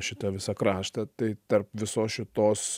šitą visą kraštą tai tarp visos šitos